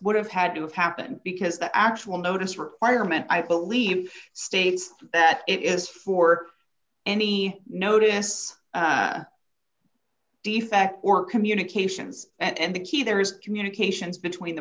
would have had to have happened because the actual notice requirement i believe states that it is for any notice defect or communications and the key there is communications between the